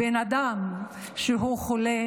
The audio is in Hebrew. בן אדם שהוא חולה,